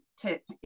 tip